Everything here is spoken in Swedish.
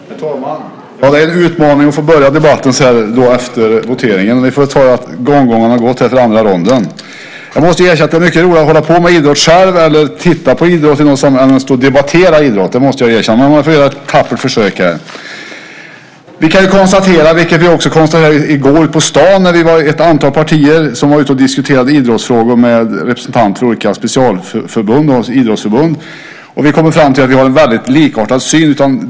Herr talman! Det en utmaning att börja debatten efter voteringen. Vi får ta det som att gonggongen har gått för andra ronden. Det är mycket roligare att utöva idrott själv eller att titta på idrott än att debattera idrott, men jag ska göra ett tappert försök. I går var ett antal partier ute på stan och diskuterade idrottsfrågor med representanter för olika specialförbund och idrottsförbund. Vi kom fram till att vi har likartad syn på detta.